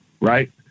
right